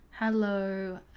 hello